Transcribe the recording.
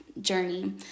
journey